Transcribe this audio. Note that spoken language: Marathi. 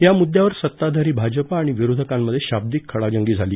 या मुद्यावर सत्ताधारी भाजपा आणि विरोधकांमध्ये शाब्दिक खडाजंगी झाली